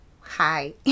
hi